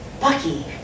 Bucky